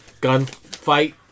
gunfight